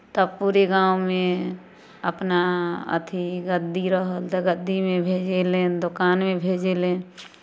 तब पूरे गाँवमे अपना अथि गद्दी रहल तऽ गद्दीमे भेजेलनि दोकानमे भेजेलनि